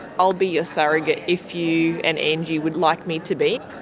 i'll be your surrogate if you and angie would like me to be.